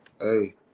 hey